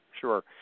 sure